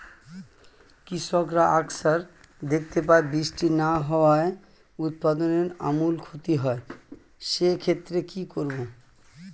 কৃষকরা আকছার দেখতে পায় বৃষ্টি না হওয়ায় উৎপাদনের আমূল ক্ষতি হয়, সে ক্ষেত্রে কি করব?